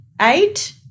eight